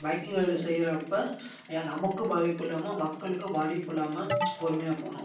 biking ride செய்கிறப்ப யா நமக்கும் பாதிப்பு இல்லாமல் மக்களுக்கும் பாதிப்பு இல்லாமல் பொறுமையாக போகணும்